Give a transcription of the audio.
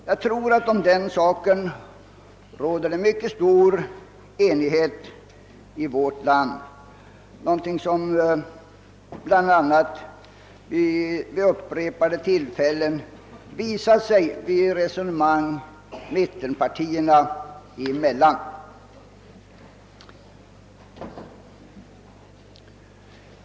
Jag tror att det råder mycket stor enighet härom i vårt land, något som bl.a. vid upprepade tillfällen visat sig i resonemang mittenpartierna emellan.